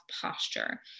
posture